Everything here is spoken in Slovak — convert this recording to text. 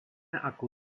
ako